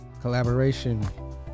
collaboration